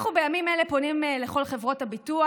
אנחנו בימים אלה פונים לכל חברות הביטוח.